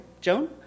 Joan